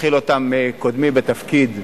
שהתחיל אותן קודמי בתפקיד,